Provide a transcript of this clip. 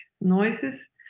noises